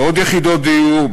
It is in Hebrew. בעוד יחידות דיור,